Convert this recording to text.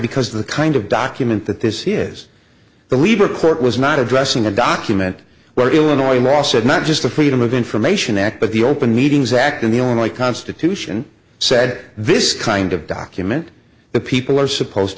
because the kind of document that this is the leader court was not addressing a document where illinois law said not just the freedom of information act but the open meetings act and the only constitution said this kind of document the people are supposed